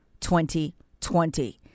2020